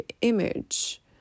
image